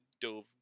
dove